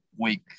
Week